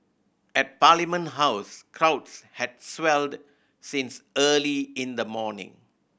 at Parliament House crowds had swelled since early in the morning